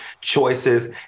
choices